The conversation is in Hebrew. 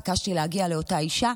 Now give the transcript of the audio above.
ביקשתי להגיע לאותה אישה,